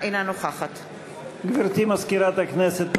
אינה נוכחת גברתי מזכירת הכנסת,